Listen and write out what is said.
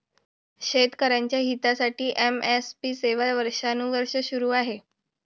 शेतकऱ्यांच्या हितासाठी एम.एस.पी सेवा वर्षानुवर्षे सुरू आहे